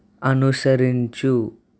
అనుసరించు